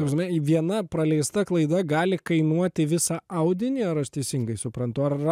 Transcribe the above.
žinai viena praleista klaida gali kainuoti visą audinį ar aš teisingai suprantu ar